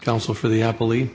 counsel for the happily